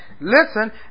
listen